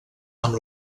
amb